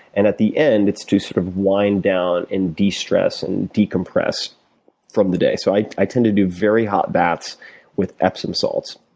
and at the end, it's to sort of wind down and de-stress and decompress from the day. so i i tend to do very hot baths with epsom salts,